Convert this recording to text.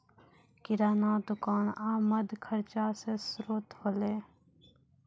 किराना दुकान आमद खर्चा रो श्रोत होलै